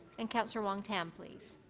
and councillor wong-tam, please.